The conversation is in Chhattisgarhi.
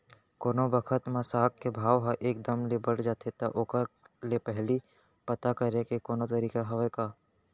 कोनो बखत म साग के भाव ह एक दम ले बढ़ जाथे त ओखर ले पहिली पता करे के कोनो तरीका हवय का?